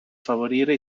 favorire